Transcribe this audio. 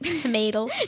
Tomato